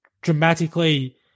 dramatically